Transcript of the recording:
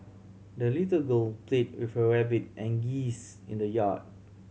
the little girl played with her rabbit and geese in the yard